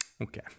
Okay